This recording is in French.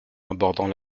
abordant